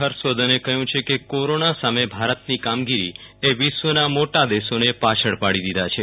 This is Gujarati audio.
હર્ષવર્ધન કહયું છે કે કોરોના સામ ભારતની કામગીરીએ વિશ્વના મોટા દેશોને પાછળ પાડી દીધા છે